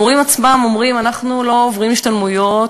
המורים עצמם אומרים: אנחנו לא עוברים השתלמויות,